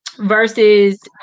versus